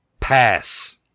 Pass